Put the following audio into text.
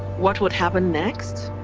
what would happen next?